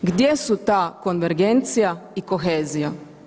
Gdje su ta konvergencija i kohezija?